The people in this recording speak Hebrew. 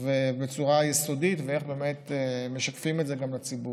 בצורה יסודית ואיך משקפים את זה גם לציבור.